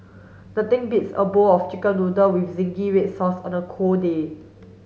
nothing beats a bowl of chicken noodle zingy red sauce on a cold day